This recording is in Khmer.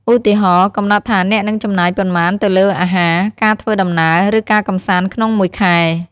ឧទាហរណ៍ កំណត់ថាអ្នកនឹងចំណាយប៉ុន្មានទៅលើអាហារ ការធ្វើដំណើរ ឬការកម្សាន្តក្នុងមួយខែ។